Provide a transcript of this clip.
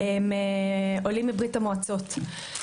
הם עולים מברית המועצות.